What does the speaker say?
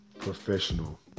professional